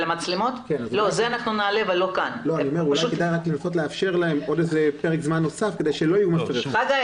אולי כדאי לנסות לאפשר להם עוד פרק זמן נוסף כדי שלא יהיו מפרי חוק.